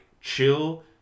chill